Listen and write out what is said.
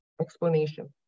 explanation